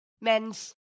Men's